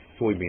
soybean